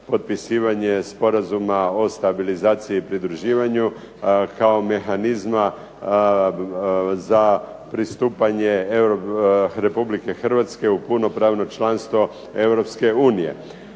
potpisivanje sporazuma o stabilizaciji i pridruživanju kao mehanizma za pristupanje Republike Hrvatske u punopravno članstvo